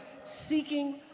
seeking